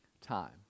time